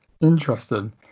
Interesting